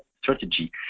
strategy